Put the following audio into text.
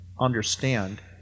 understand